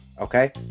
okay